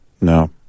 No